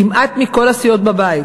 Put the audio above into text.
כמעט מכל הסיעות בבית.